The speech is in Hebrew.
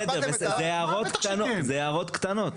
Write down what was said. אלה הערות קטנות.